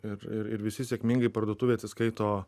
ir ir visi sėkmingai parduotuvėj atsiskaito